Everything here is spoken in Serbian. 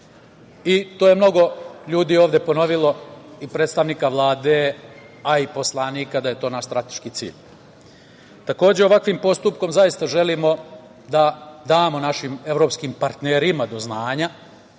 To je mnogo ljudi ovde ponovilo, i predstavnici Vlade i poslanici, da je to naš strateški cilj. Takođe, ovakvim postupkom zaista želimo da damo našim evropskim partnerima doznanja